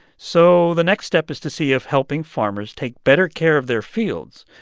so the next step is to see if helping farmers take better care of their fields,